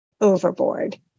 overboard